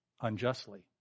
unjustly